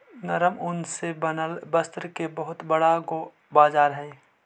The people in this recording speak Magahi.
नरम ऊन से बनल वस्त्र के बहुत बड़ा गो बाजार हई